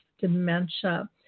dementia